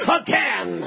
again